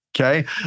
okay